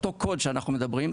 אותו קוד שאנחנו מדברים עליו,